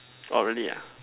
!wah! really ah